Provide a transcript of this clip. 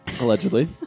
Allegedly